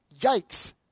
Yikes